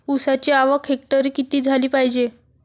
ऊसाची आवक हेक्टरी किती झाली पायजे?